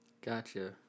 Gotcha